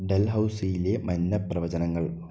ഡൽഹൗസിയിലെ മഞ്ഞ പ്രവചനങ്ങൾ